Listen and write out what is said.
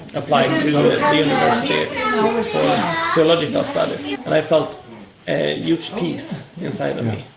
applied to the university for theological studies. and i felt an huge peace inside of me.